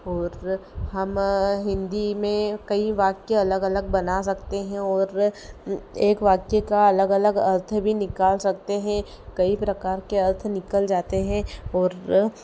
और हम हिंदी में कई वाक्य अलग अलग बना सकते हैं और एक वाक्य का अलग अलग अर्थ भी निकाल सकते हैं कई प्रकार के अर्थ निकल जाते हैं और